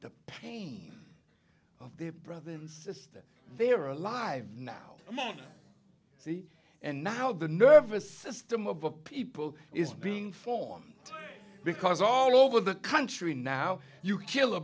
the pain of their brother and sister they are alive now see and know how the nervous system of a people is being formed because all over the country now you kill a